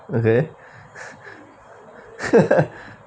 okay